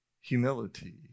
humility